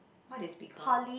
what is becons